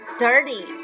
dirty